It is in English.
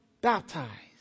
baptized